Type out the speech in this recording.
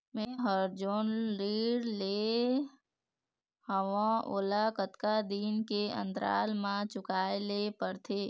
मैं हर जोन ऋण लेहे हाओ ओला कतका दिन के अंतराल मा चुकाए ले पड़ते?